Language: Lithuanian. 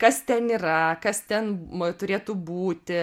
kas ten yra kas ten turėtų būti